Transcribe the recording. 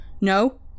No